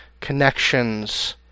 connections